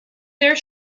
their